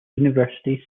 university